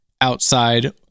outside